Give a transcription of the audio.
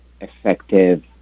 effective